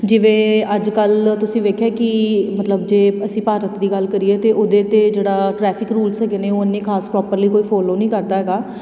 ਜਿਵੇਂ ਅੱਜ ਕੱਲ੍ਹ ਤੁਸੀਂ ਵੇਖਿਆ ਕਿ ਮਤਲਬ ਜੇ ਅਸੀਂ ਭਾਰਤ ਦੀ ਗੱਲ ਕਰੀਏ ਤਾਂ ਉਹਦੇ 'ਤੇ ਜਿਹੜਾ ਟਰੈਫਿਕ ਰੂਲਸ ਹੈਗੇ ਨੇ ਉਹ ਇੰਨੇ ਖਾਸ ਪ੍ਰੋਪਰਲੀ ਕੋਈ ਫੋਲੋ ਨਹੀਂ ਕਰਦਾ ਹੈਗਾ